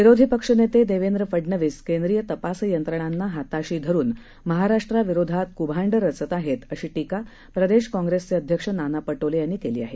विरोधी पक्षनेते देवेंद्र फडनवीस केंद्रीय तपास यंत्रणांना हाताशी धरून महाराष्ट्राविरोधात कुभांड रचत आहेत अशी टीका प्रदेश कॉंप्रेसचे अध्यक्ष नाना पटोले यांनी केली आहे